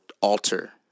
alter